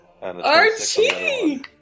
Archie